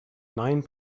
nine